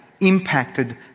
impacted